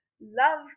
love